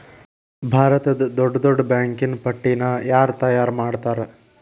ಭಾರತದ್ದ್ ದೊಡ್ಡ್ ದೊಡ್ಡ್ ಬ್ಯಾಂಕಿನ್ ಪಟ್ಟಿನ ಯಾರ್ ತಯಾರ್ಮಾಡ್ತಾರ?